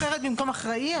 הגדרה אחרת במקום "אחראי"?